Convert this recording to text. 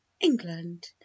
England